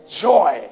joy